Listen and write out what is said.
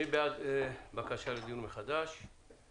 מי בעד בקשה לדיון מחדש בסעיפים שאיתי מנה?